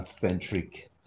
centric